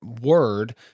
word